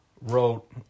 wrote